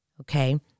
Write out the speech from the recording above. okay